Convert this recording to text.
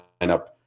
lineup